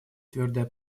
твердая